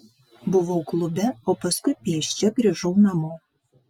buvau klube o paskui pėsčia grįžau namo